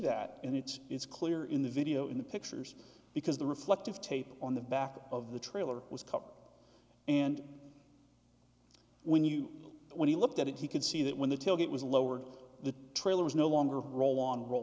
that and it's it's clear in the video in the pictures because the reflective tape on the back of the trailer was caught and when you when he looked at it he could see that when the tailgate was lowered the trailer was no longer a roll on rol